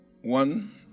One